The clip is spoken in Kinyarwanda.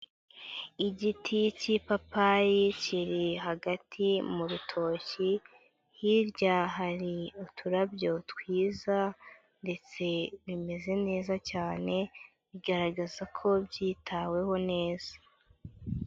Igiti cy'ipapayi kiri hagati mu rutoki, hirya hari uturabyo twiza ndetse bimeze neza cyane, bigaragaza ko byitaweho neza.